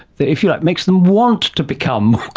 that, if you like, makes them want to become